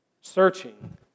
searching